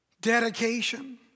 dedication